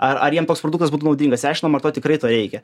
ar ar jiem toks produktas būtų naudingas ir aiškinam ar to tikrai to reikia